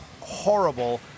horrible